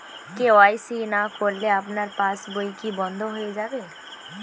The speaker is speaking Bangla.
কে.ওয়াই.সি না করলে আমার পাশ বই কি বন্ধ হয়ে যাবে?